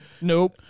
Nope